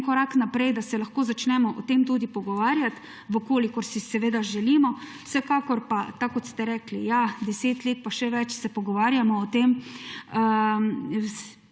korak naprej, da se lahko začnemo o tem tudi pogovarjati, če si seveda želimo. Vsekakor pa tako, kot ste rekli, ja, 10 let pa še več se pogovarjamo o tem.